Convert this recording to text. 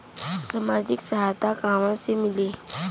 सामाजिक सहायता कहवा से मिली?